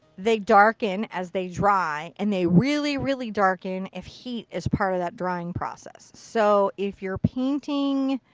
they darken as they dry. and they really really darken if heat is part of that drying process. so if you're painting,